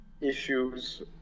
issues